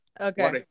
Okay